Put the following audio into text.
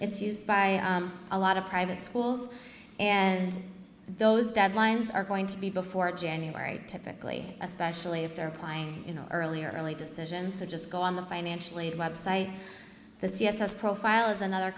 it's used by a lot of private schools and those deadlines are going to be before january typically especially if they're applying early early decision so just go on the financial aid website the c s s profile is another